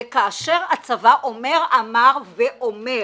כאשר הצבא אומר אמר ואומר